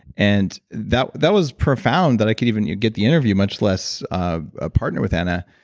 and that that was profound that i could even get the interview, much less um ah partner with anna.